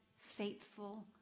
faithful